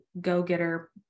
go-getter